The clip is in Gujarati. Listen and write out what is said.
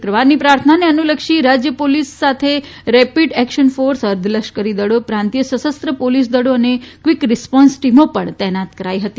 શુક્રવારની પ્રાર્થનાને અનુલક્ષી રાજ્ય પોલીસ સાથે રેપીડ એકશન ફોર્સ અર્ધલશ્કરી દળો પ્રાંતીય સશસ્ત્ર પોલીસ દળો તથા ક્વીક રીસ્પોન્સ ટીમો પણ તૈનાત કરાઈ છે